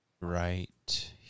right